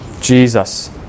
Jesus